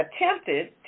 attempted